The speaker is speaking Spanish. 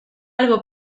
algo